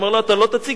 אמר לו: אתה לא תציג,